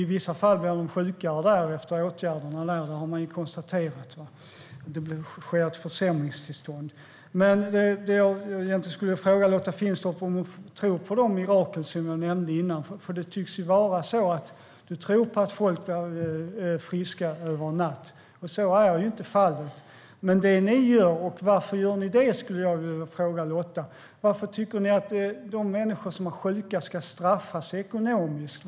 I vissa fall blir de sjukare efter åtgärderna där; man har konstaterat att det sker ett försämringstillstånd. Det jag egentligen ville fråga Lotta Finstorp om är om hon tror på de mirakel som jag nämnde tidigare. Ni tycks tro på att folk blir friska över en natt, men så är inte fallet. Varför gör ni det ni gör? Det skulle jag vilja fråga Lotta. Varför tycker ni att de människor som är sjuka ska straffas ekonomiskt?